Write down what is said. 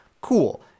cool